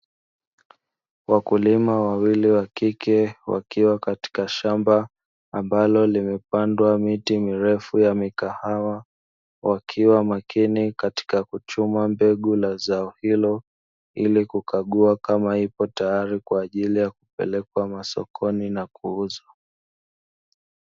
Wakulima wawili wakike wakiwa katika shamba ambalo limepandwa miti mirefu ya mikahawa, wakiwa makini katika kuchuma mbegu ya zao hilo ili kukagua kama ipo tayari kwa ajili kupelekwa masokoni na kuuzwa.